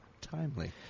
timely